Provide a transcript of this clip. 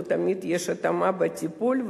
לא תמיד יש התאמה בטיפול,